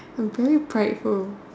I'm very prideful